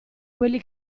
quelli